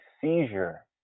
seizure